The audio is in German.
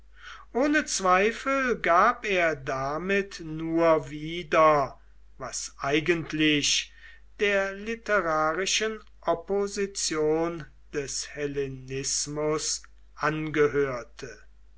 ohne zweifel gab er damit nur wieder was eigentlich der literarischen opposition des hellenismus angehörte